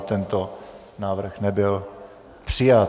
Tento návrh nebyl přijat.